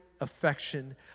affection